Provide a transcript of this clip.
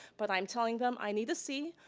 but i'm telling them, i need to see,